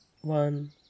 One